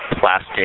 plastic